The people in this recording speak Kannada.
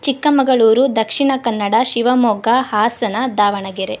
ಚಿಕ್ಕಮಗಳೂರು ದಕ್ಷಿಣ ಕನ್ನಡ ಶಿವಮೊಗ್ಗ ಹಾಸನ ದಾವಣಗೆರೆ